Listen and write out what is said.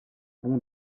bon